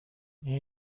این